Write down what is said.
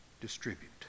distribute